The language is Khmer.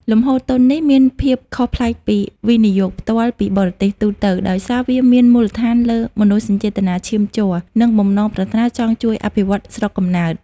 លំហូរទុននេះមានភាពខុសប្លែកពី វិនិយោគផ្ទាល់ពីបរទេស ទូទៅ ដោយសារវាមានមូលដ្ឋានលើ "មនោសញ្ចេតនាឈាមជ័រ" និងបំណងប្រាថ្នាចង់ជួយអភិវឌ្ឍស្រុកកំណើត។